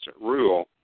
rule